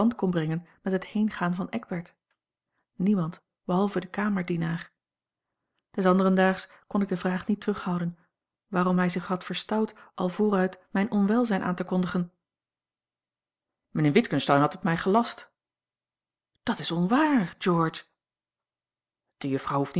kon brengen met het heengaan van eckbert niemand behalve de kamerdienaar des anderen daags kon ik de vraag niet terughouden waarom hij zich had verstout al vooruit mijn onwelzijn aan te kondigen mijnheer witgensteyn had het mij gelast dat is onwaar george de juffrouw